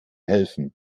helfen